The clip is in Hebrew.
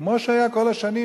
כמו שהיה כל השנים,